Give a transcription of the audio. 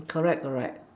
correct correct